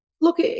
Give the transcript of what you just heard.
Look